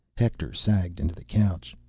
hector sagged into the couch.